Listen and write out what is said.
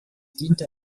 diente